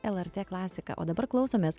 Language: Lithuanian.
lrt klasiką o dabar klausomės